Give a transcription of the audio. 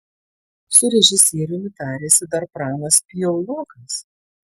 su režisieriumi tarėsi dar pranas piaulokas